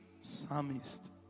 Psalmist